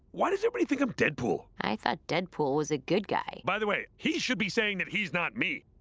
why does everybody think i'm deadpool? i thought deadpool was a good guy. guy. by the way, he should be saying that he's not me.